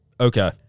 Okay